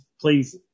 please